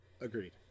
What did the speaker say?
Agreed